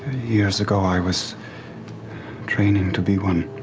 years ago, i was training to be one.